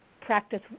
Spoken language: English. practice